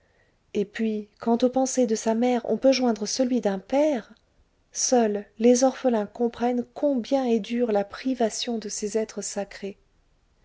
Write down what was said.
et puis quand au penser de sa mère on peut joindre celui d'un père seuls les orphelins comprennent combien est dure la privation de ces êtres sacrés